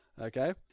okay